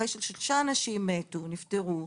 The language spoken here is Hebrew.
אחרי ששלושה אנשים נפטרו,